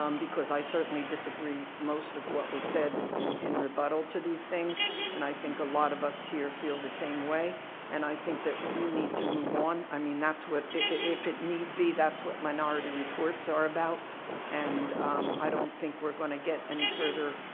um because i certainly disagree with most of what was said in in rebuttal to these things and i think a lot of us here feel the same way and i think that we need to move on. i mean that's what. if it need be, that's what minority reports are about and i don't think we're going to get any further,